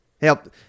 help